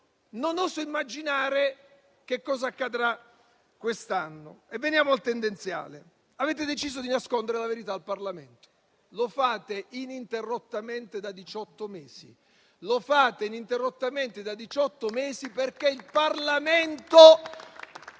Non oso immaginare che cosa accadrà quest'anno. Veniamo al tendenziale: avete deciso di nascondere la verità al Parlamento, lo fate ininterrottamente da diciotto mesi, perché il Parlamento